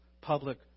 public